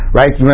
right